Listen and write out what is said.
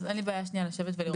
אז אין לי בעיה שנייה לשבת ולראות.